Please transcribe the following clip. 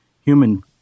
human